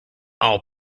all